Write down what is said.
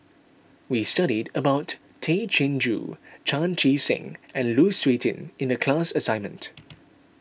we studied about Tay Chin Joo Chan Chee Seng and Lu Suitin in the class assignment